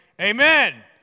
amen